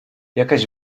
jakaś